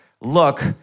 look